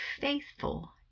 faithful